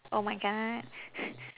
oh my god